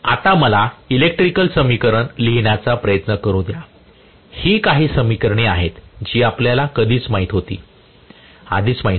आता मला इलेक्ट्रिकल समीकरण लिहिण्याचा प्रयत्न करू द्या ही काही समीकरणे आहेत जी आपल्याला आधीच माहित होती